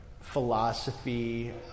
philosophy